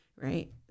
Right